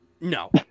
No